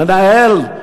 מנהל.